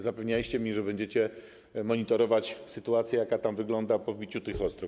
Zapewnialiście mnie, że będziecie monitorować sytuację, jak to wygląda po wbiciu tych ostróg.